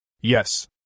Yes